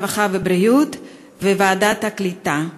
הרווחה והבריאות ובוועדת העלייה והקליטה.